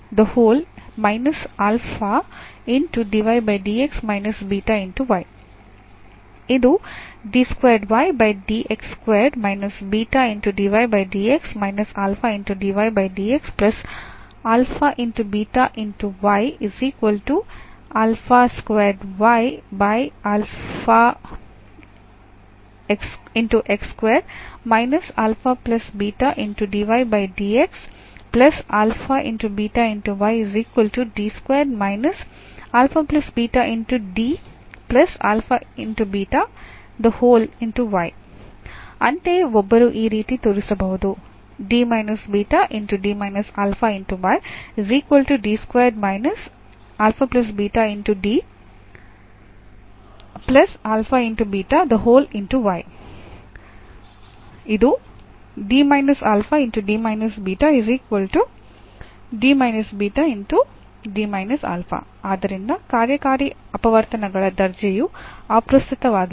ಆದ್ದರಿಂದ ಅಂತೆಯೇ ಒಬ್ಬರು ಈ ರೀತಿ ತೋರಿಸಬಹುದು ಆದ್ದರಿಂದ ಕಾರ್ಯಾಕಾರಿ ಅಪವರ್ತನಗಳ ದರ್ಜೆಯು ಅಪ್ರಸ್ತುತವಾಗಿದೆ